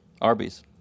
Arby's